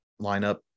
lineup